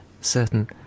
certain